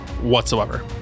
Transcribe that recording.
whatsoever